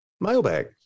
Mailbag